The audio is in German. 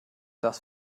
das